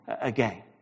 again